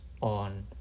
on